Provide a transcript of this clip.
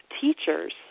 teachers